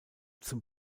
zum